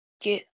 get